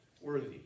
Worthy